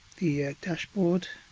the dashboard.